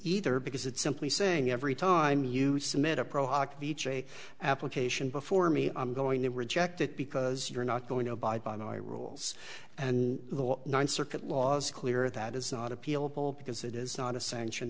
either because it simply saying every time you submit a pro hockey che application before me i'm going to reject it because you're not going to abide by the rules and the ninth circuit laws clear that is not appealable because it is not a sanction